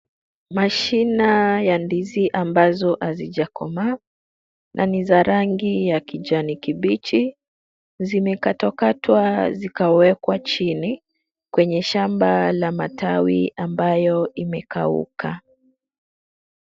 Mashina ya ndizi ambazo hazijakomaa na ni za rangi ya kijani kibichi. Zimekatwakatwa zikawekwa chini kwenye shamba la matawi ambayo imekauka.